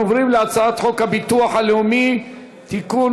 אנחנו עוברים להצעת חוק הביטוח הלאומי (תיקון,